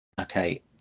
okay